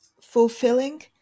fulfilling